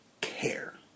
care